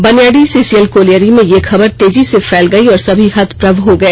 Baniyadih CCL colliery में यह खबर तेजी से फैल गई और सभी हतप्रभ हो गए